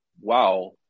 wow